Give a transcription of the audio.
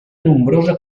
nombrosa